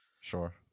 Sure